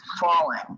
falling